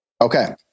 Okay